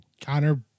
Connor